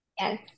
Yes